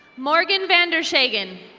morgan vandershagen.